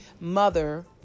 mother